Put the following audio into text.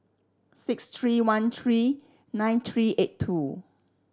six three one three nine three eight two